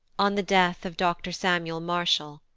on the death of dr. samuel marshall.